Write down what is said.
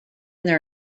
their